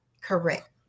Correct